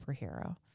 superhero